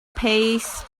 pays